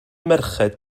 merched